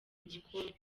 igikombe